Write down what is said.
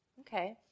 Okay